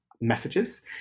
messages